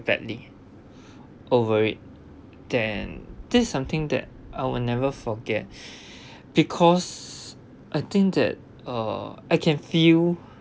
badly over it then this is something that I will never forget because I think that uh I can feel